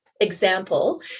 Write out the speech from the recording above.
example